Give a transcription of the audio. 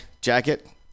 jacket